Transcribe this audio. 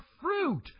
fruit